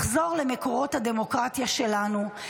לחזור למקורות הדמוקרטיה שלנו,